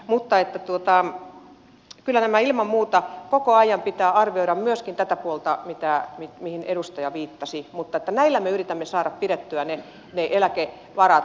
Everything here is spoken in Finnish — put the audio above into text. mutta kyllä ilman muuta koko ajan pitää arvioida myöskin tätä puolta mihin edustaja viittasi mutta näillä me yritämme saada pidettyä ne eläkevarat